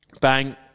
Bang